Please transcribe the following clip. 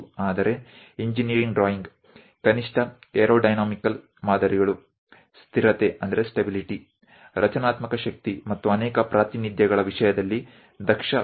પરંતુ engineering drawing માં ઓછામાં ઓછું એરોડાયનેમિક મોડલ્સ સ્થિરતા માળખાકીય શક્તિ અને ઘણી રજૂઆતો ની દ્રષ્ટિએ કાર્યક્ષમ ડિઝાઇન નો સમાવેશ થાય છે